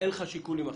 אין לך שיקולים אחרים.